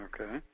Okay